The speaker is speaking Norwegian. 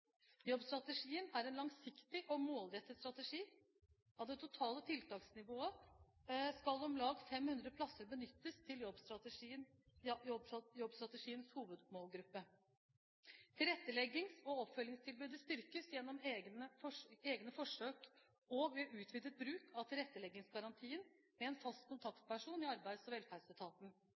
Jobbstrategien er en langsiktig og målrettet strategi. Av det totale tiltaksnivået skal om lag 500 plasser benyttes til jobbstrategiens hovedmålgruppe. Tilretteleggings- og oppfølgingstilbudet styrkes gjennom egne forsøk og ved utvidet bruk av tilretteleggingsgarantier med en fast kontaktperson i Arbeids- og velferdsetaten.